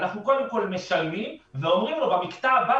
אנחנו קודם כל משלמים ואומרים לו שבמקטע הבא